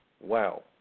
Wow